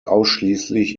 ausschließlich